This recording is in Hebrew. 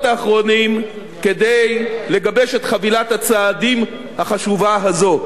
האחרונים כדי לגבש את חבילת הצעדים החשובה הזאת.